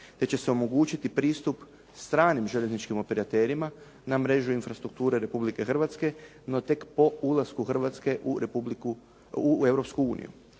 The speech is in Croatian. već će se omogućiti pristup stranim željezničkim operaterima na mrežu infrastrukture Republike Hrvatske no tek po ulasku Hrvatske u Europsku uniju.